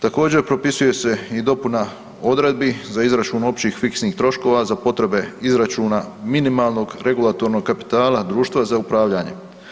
Također propisuje se i dopuna odredbi za izračun općih fiksnih troškova za potrebe izračuna minimalnog regulatornog kapitala društva za upravljanje.